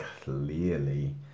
clearly